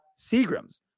Seagrams